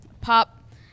pop